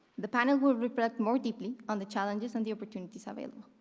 the panel will reflect more deeply on the challenges and the opportunities available.